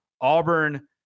Auburn